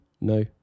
No